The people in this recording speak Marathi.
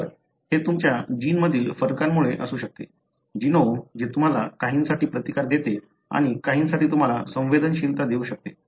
तर हे तुमच्या जीनमधील फरकामुळे असू शकते जीनोम जे तुम्हाला काहींसाठी प्रतिकार देते आणि काहींसाठी तुम्हाला संवेदनशीलता देऊ शकते